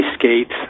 Skates